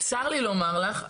צר לי לומר לך,